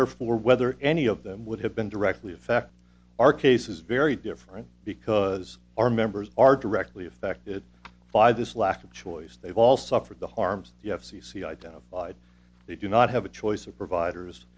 therefore whether any of them would have been directly affected our case is very different because our members are directly affected by this lack of choice they've all suffered the harms yet c c i down they do not have a choice of providers